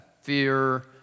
fear